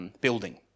building